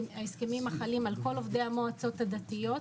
הסכמים החלים על כל עובדי המועצות הדתיות.